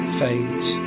fades